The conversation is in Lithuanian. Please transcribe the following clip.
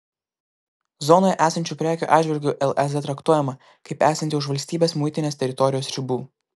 zonoje esančių prekių atžvilgiu lez traktuojama kaip esanti už valstybės muitinės teritorijos ribų